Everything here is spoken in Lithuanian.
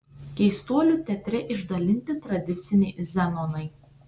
keistuolių teatre išdalinti tradiciniai zenonai